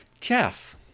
Jeff